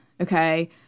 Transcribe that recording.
Okay